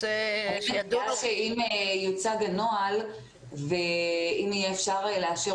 אם יוצג הנוהל ואם יהיה אפשר יהיה לאשר